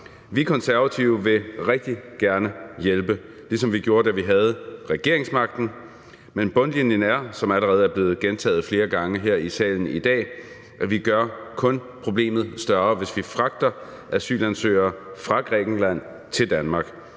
Vi Konservative vil rigtig gerne hjælpe, ligesom vi gjorde, da vi havde regeringsmagten, men bundlinjen er, som det allerede er blevet gentaget flere gange her i salen i dag, at vi kun gør problemet større, hvis vi fragter asylansøgere fra Grækenland til Danmark.